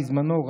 בזמנו,